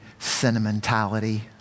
Sentimentality